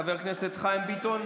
חבר הכנסת חיים ביטון,